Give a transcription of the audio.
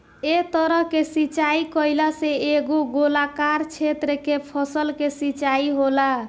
एह तरह के सिचाई कईला से एगो गोलाकार क्षेत्र के फसल के सिंचाई होला